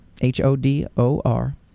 H-O-D-O-R